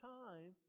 time